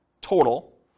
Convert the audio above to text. total